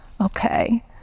Okay